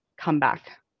comeback